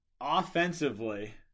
offensively